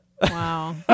Wow